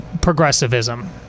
progressivism